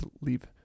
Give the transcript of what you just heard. leave